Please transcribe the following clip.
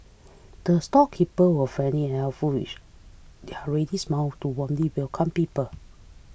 the storekeeper were friendly and helpful with their ready smile to warmly welcome people